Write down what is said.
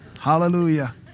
Hallelujah